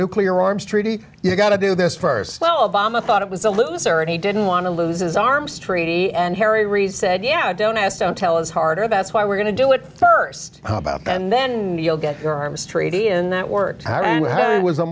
nuclear arms treaty you got to do this for slow obama thought it was a loser and he didn't want to lose his arms treaty and harry reid said yeah don't ask don't tell is harder that's why we're going to do it st and then you'll get your arms treaty and that worked out and he was a